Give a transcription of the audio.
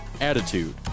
Attitude